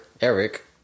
Eric